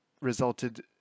resulted